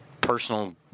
personal